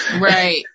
Right